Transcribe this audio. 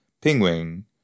Penguin